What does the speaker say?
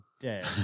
dead